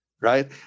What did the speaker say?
right